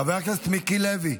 חבר הכנסת מיקי לוי,